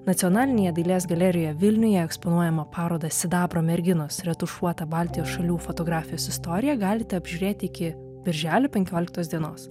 nacionalinėje dailės galerijoje vilniuje eksponuojamą parodą sidabro merginos retušuotą baltijos šalių fotografijos istoriją galite apžiūrėti iki birželio penkioliktos dienos